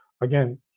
again